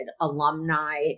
alumni